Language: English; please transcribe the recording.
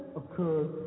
occurred